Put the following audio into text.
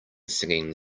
singing